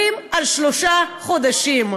אנחנו מדברים על שלושה חודשים,